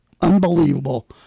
unbelievable